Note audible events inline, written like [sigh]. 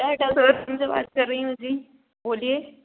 try काल [unintelligible] से बात कर रही हूँ जी बोलिए